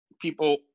people